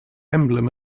emblem